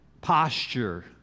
Posture